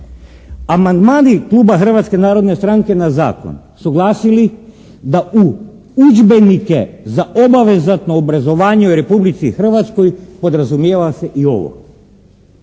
Amandmani kluba Hrvatske narodne stranke na zakon su glasili da u udžbenike za obvezatno obrazovanje u Republici Hrvatskoj podrazumijeva se i ovo.